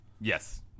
Yes